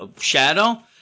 Shadow